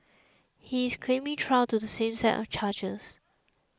he is claiming trial to the same set of charges